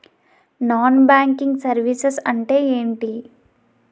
Non banking services అంటే ఎంటి?